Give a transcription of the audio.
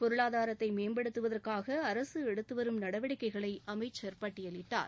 பொருளாதாரத்தை மேம்படுத்துவதற்காக அரசு எடுத்துவரும் நடவடிக்கைகளை அமைச்சர் பட்டியலிட்டார்